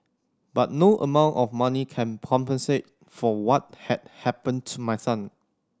but no amount of money can compensate for what had happened to my son